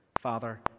Father